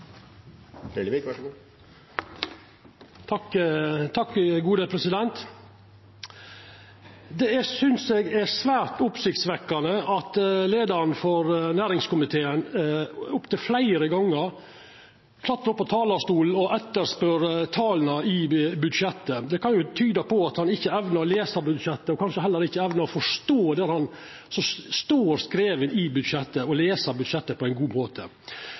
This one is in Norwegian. svært oppsiktsvekkjande at leiaren for næringskomiteen opptil fleire gonger går opp på talarstolen og spør etter tala i budsjettet. Det kan tyda på at han ikkje evnar å lesa budsjettet og kanskje heller ikkje evnar å forstå det som står skrive i budsjettet, og lesa budsjettet på ein god måte.